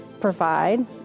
provide